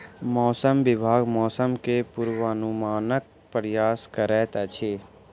मौसम विभाग मौसम के पूर्वानुमानक प्रयास करैत अछि